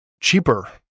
cheaper